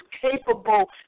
capable